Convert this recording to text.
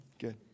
Good